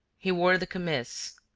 he wore the kamis,